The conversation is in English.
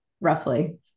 roughly